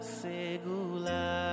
segula